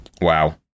Wow